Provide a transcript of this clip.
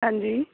ਹਾਂਜੀ